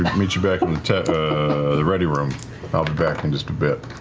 meet you back in the tav the ready room, i'll be back in just a bit.